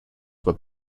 were